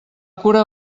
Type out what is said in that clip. cura